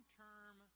term